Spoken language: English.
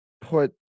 put